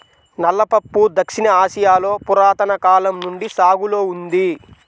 నల్ల పప్పు దక్షిణ ఆసియాలో పురాతన కాలం నుండి సాగులో ఉంది